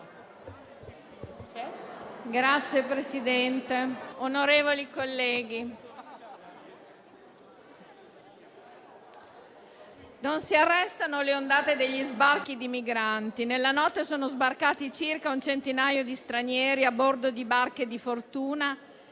Signor Presidente, onorevoli colleghi, «non si arrestano le ondate degli sbarchi dei migranti. Nella notte sono arrivati circa un centinaio di stranieri a bordo di barche di fortuna»